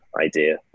idea